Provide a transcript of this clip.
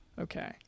okay